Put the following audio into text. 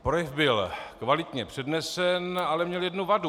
Projev byl kvalitně přednesen, ale měl jednu vadu.